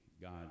God